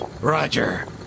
Roger